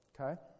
okay